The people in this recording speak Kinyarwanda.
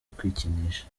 kwikinisha